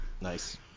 Nice